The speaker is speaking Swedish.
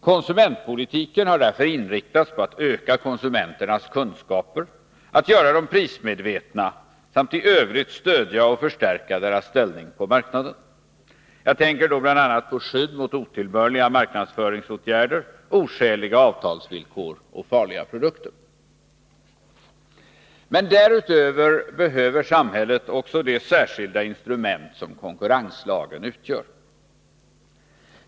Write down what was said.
Konsumentpolitiken har därför inriktats på att öka konsumenternas kunskaper, att göra dem prismedvetna samt att i övrigt stödja och förstärka deras ställning på marknaden. Jag tänker då bl.a. på skydd mot otillbörliga marknadsföringsåtgärder, oskäliga avtalsvillkor och farliga produkter. Men därutöver behöver samhället också det särskilda instrument som konkurrenslagen utgör.